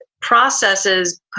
processes